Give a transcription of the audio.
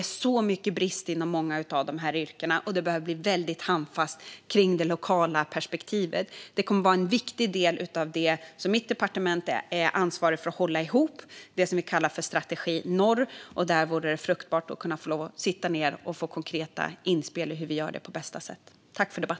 Det finns stora brister på folk i många av dessa yrken, och det behöver ske mycket handfast i det lokala perspektivet. Mitt departement är ansvarigt för att hålla ihop det vi kallar strategi norr, och det vore fruktbart att få sitta ned och få höra konkreta inspel om hur vi gör det på bästa sättet.